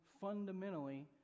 fundamentally